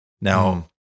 Now